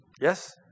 Yes